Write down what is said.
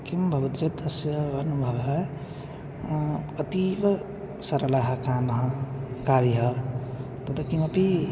किं भवति चेत् तस्य अनुभवः अतीव सरलः कामः कार्यः तत् किमपि